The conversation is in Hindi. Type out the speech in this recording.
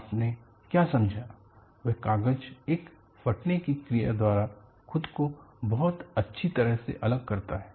आपने क्या समझा है वह कागज एक फटने की क्रिया द्वारा खुद को बहुत अच्छी तरह से अलग करता है